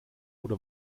oder